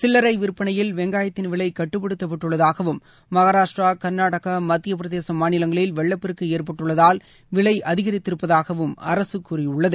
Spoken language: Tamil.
சில்லரை விற்பனையில் வெங்காயத்தின் விலை கட்டுப்படுத்தப்பட்டுள்ளதாகவும் மகாராஷ்ட்ரா கர்நாடகா மத்திய பிரதேசம் மாநிலங்களில் வெள்ளப்பெருக்கு ஏற்பட்டுள்ளதால் விலை அதிகரித்திருப்பதாகவும் அரசு கூறியுள்ளது